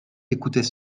écoutait